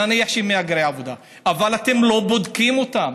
נניח שהם מהגרי עבודה, אבל אתם לא בודקים אותם.